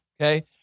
okay